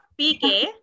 PK